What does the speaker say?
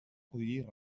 collir